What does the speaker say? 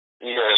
Yes